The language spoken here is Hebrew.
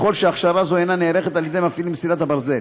ככל שהכשרה זו אינה נערכת על-ידי מפעיל מסילת הברזל.